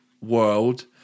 world